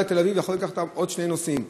לתל-אביב יכול לקחת אתו עוד שני נוסעים.